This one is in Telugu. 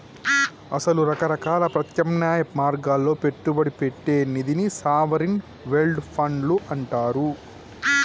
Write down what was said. అసలు రకరకాల ప్రత్యామ్నాయ మార్గాల్లో పెట్టుబడి పెట్టే నిధిని సావరిన్ వెల్డ్ ఫండ్లు అంటారు